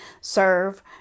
serve